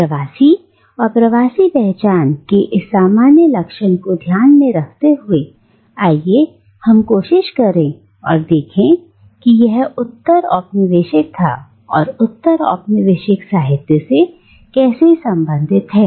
प्रवासी और प्रवासी पहचान के इस सामान्य लक्षण को ध्यान में रखते हुए आइए हम कोशिश करें और देखें कि यह उत्तर औपनिवेशिक था और उत्तर औपनिवेशिक साहित्य से कैसे संबंधित है